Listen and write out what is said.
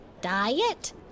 Diet